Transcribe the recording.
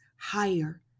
higher